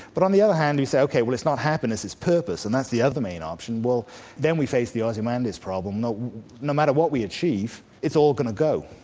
but on the other hand, you say ok, well it's not happiness, it's purpose. and that's the other main option. well then we face the ozymandius problem, no no matter what we achieve, it's all going to go.